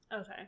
Okay